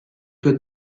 tue